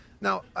now